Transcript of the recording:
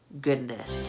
goodness